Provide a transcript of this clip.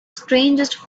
strangest